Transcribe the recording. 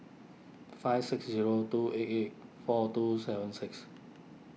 five six zero two eight eight four two seven six